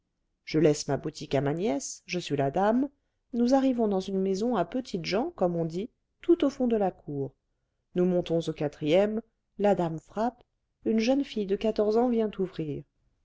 je laisse ma boutique à ma nièce je suis la dame nous arrivons dans une maison à petites gens comme on dit tout au fond de la cour nous montons au quatrième la dame frappe une jeune fille de quatorze ans vient ouvrir